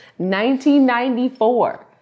1994